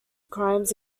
crimes